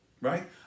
right